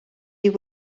you